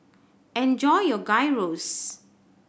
enjoy your Gyros